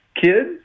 kids